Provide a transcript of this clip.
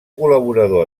col·laborador